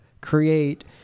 create